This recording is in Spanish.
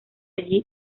allí